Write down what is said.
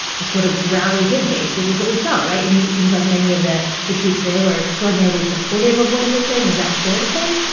just sort of rally his base, which is what we saw, right? i mean, it seems like many of the troops there were extraordinarily supportive of what he was saying. is that fair to say?